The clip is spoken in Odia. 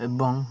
ଏବଂ